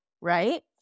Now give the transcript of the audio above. right